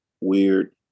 weird